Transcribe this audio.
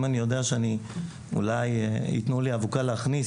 אם אני יודע שאני אולי יתנו לי אבוקה להכניס,